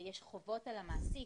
יש חובות על המעסיק.